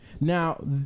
Now